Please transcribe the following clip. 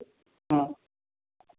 ആ